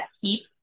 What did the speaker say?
keep